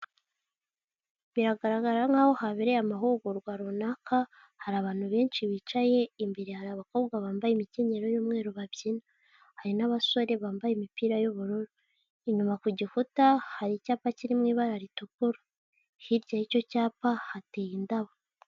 Biragaragara nkaho habereye amahugurwa runaka, hari abantu benshi bicaye, imbere hari abakobwa bambaye imikenyero y'umweru babyina, hari n'abasore bambaye imipira y'ubururu, inyuma ku gikuta hari icyapa kiri mu ibara ritukura, hirya y'icyo cyapa hateye indabo.